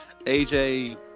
AJ